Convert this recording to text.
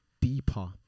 deeper